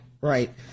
right